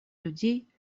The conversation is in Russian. людей